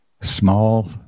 Small